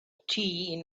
tea